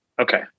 Okay